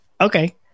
Okay